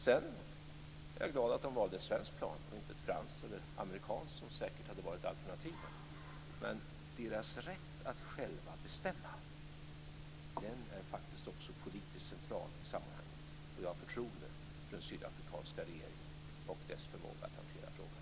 Sedan är jag glad att de valde ett svenskt plan och inte ett franskt eller amerikanskt, som säkert hade varit alternativen. Men deras rätt att själva bestämma är faktiskt också politiskt central i sammanhanget, och jag har förtroende för den sydafrikanska regeringen och dess förmåga att hantera frågan.